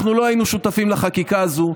אנחנו לא היינו שותפים לחקיקה הזו.